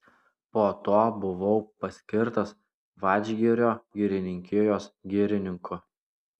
po to buvau paskirtas vadžgirio girininkijos girininku